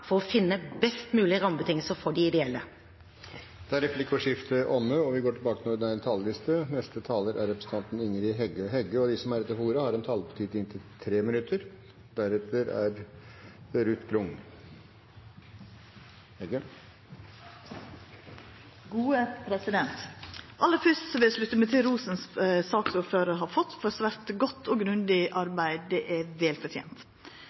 for å finne best mulig rammebetingelser for de ideelle. Dermed er replikkordskiftet omme. De talere som heretter får ordet, har en taletid på inntil 3 minutter. Aller fyrst vil eg slutta meg til rosen som saksordføraren har fått for svært godt og grundig arbeid. Det er vel